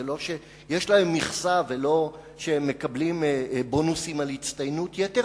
זה לא שיש להם מכסה ולא שהם מקבלים בונוסים על הצטיינות יתר.